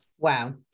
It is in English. Wow